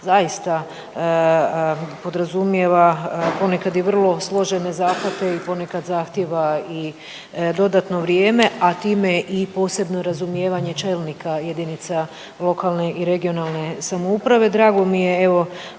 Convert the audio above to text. zaista podrazumijeva ponekad i vrlo složene zahvate i ponekad zahtjeva i dodatno vrijeme, a time i posebno razumijevanje čelnika jedinica lokalne i regionalne samouprave. Drago mi je evo